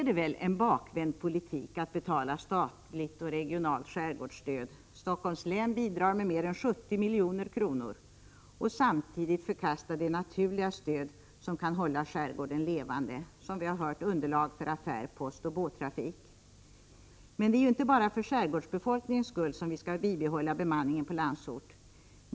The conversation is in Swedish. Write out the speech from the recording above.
Det är en bakvänd politik att betala statligt och regionalt skärgårdsstöd — Stockholms län bidrar med mer än 70 miljoner — och samtidigt förkasta det naturliga stöd som kan hålla skärgården levande, dvs. underlag för affär, post och båttrafik. Men det är inte bara för skärgårdsbefolkningens skull som vi skall bibehålla bemanningen på Landsort.